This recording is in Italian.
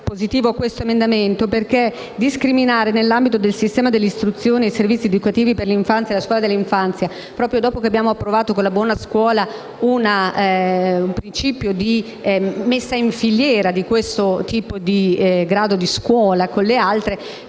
sembra assolutamente sbagliato discriminare, nell'ambito del sistema dell'istruzione, i servizi educativi per l'infanzia e la scuola dell'infanzia, proprio dopo che abbiamo approvato, con la riforma della buona scuola, un principio di messa in filiera di questo grado di scuola con le altre.